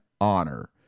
honor